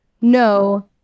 no